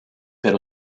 per